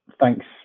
Thanks